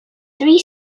three